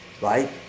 right